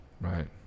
Right